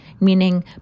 Meaning